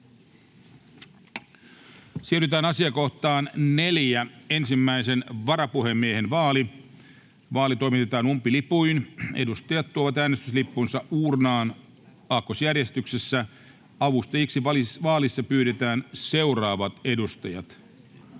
Siirrytään toisen varapuhemiehen vaaliin. Vaali toimitetaan umpilipuin. Edustajat tuovat äänestyslippunsa uurnaan aakkosjärjestyksessä, kuten aikaisemminkin. Avustajiksi vaalissa pyydän seuraavat edustajat: